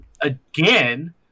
again